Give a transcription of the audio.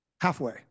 halfway